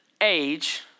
age